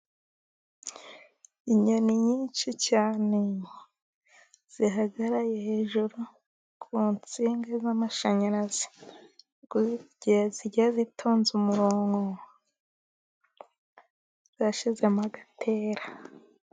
Inyoni nyinshi cyane zihagaraye hejuru ku nsinga z'amashanyarazi. Kuko zigiye zitonze umurongo zashyizemo agatera.